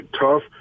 tough